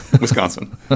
wisconsin